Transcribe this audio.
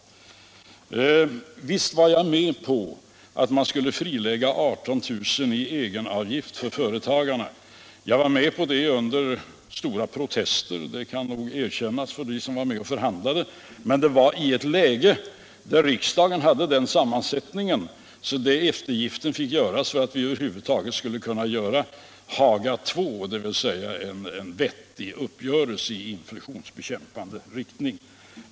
Visst var jag med på att man skulle frilägga 18 000 kr. i egenavgift för företagarna. Jag var med på det under stora protester, det kan nog erkännas av dem som var med och förhandlade. Men det var i ett läge där riksdagen hade den sammansättningen att eftergiften fick lov att göras för att vi över huvud taget skulle få Haga II, dvs. en vettig uppgörelse i inflationsbekämpande riktning.